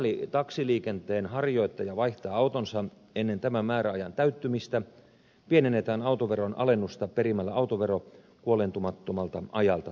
mikäli taksiliikenteen harjoittaja vaihtaa autonsa ennen tämän määräajan täyttymistä pienennetään autoveron alennusta perimällä autovero kuoleentumattomalta ajalta takaisin